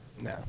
No